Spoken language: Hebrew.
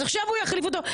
אז עכשיו הוא יחליף אותו.